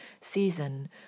season